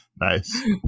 Nice